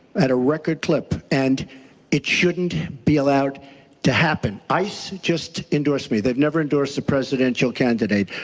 at a record clip. and it shouldn't be allowed to happen. ice just endorsed me. they never endorsed a presidential candidate.